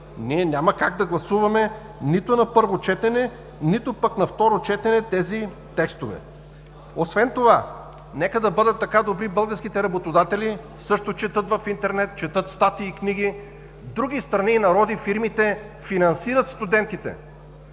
ние няма как да гласуваме нито на първо четене, нито пък на второ четене тези текстове. Освен това, нека да бъдат така добри българските работодатели, също четат в интернет, четат статии и книги, в други страни и народи фирмите финансират студентите,